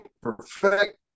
perfect